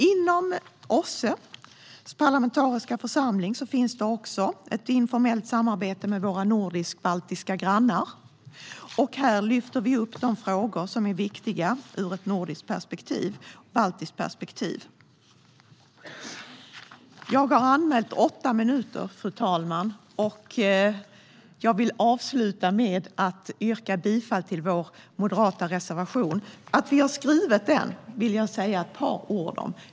Inom OSSE:s parlamentariska församling finns ett informellt samarbete med våra nordisk-baltiska grannar. Där lyfter vi upp de frågor som är viktiga ur ett nordiskt och baltiskt perspektiv. Jag har anmält åtta minuter, fru talman. Jag vill avsluta med att yrka bifall till vår moderata reservation. Jag vill säga ett par ord om varför vi har skrivit den.